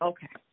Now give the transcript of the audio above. Okay